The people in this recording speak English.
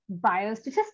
biostatistics